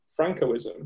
Francoism